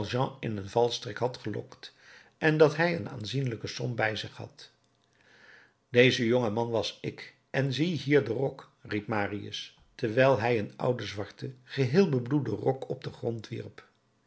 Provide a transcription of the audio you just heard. in een valstrik had gelokt en dat hij een aanzienlijke som bij zich had deze jonge man was ik en ziehier den rok riep marius terwijl hij een ouden zwarten geheel bebloeden rok op den grond wierp